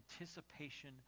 anticipation